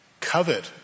covet